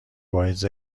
باعث